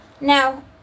Now